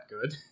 good